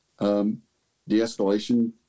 de-escalation